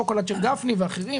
להתייחס